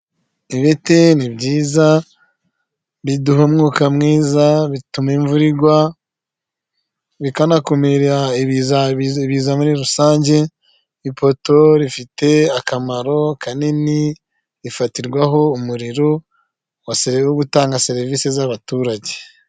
Ibiti ni byiza biduha umwuka mwiza bituma imvura igwa bikanakumira Ibiza muri rusange, ipoto rifite akamaro kanini rifatirwaho umuriro wogutanga serivisi z'abaturage.